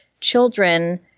children